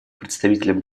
представителем